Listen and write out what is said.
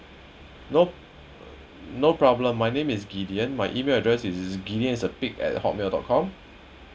nope no problem my name is gideon my email address is gideon is a pig at hotmail dot com